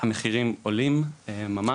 המחירים של הדירות עולים ממש